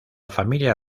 familia